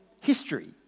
history